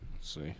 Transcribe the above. see